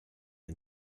and